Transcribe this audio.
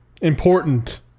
important